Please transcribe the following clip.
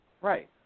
Right